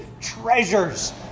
treasures